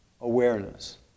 awareness